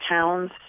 towns